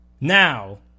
Now